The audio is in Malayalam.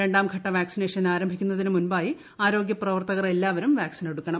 രണ്ടാംഘട്ട വാക്സിനേഷൻ ആരംഭിക്കുന്നതിന് മുമ്പായി ആരോഗ്യ പ്രവർ ത്തകർ എല്ലാവരും വാക്സിൻ എടുക്കണം